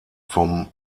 vom